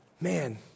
man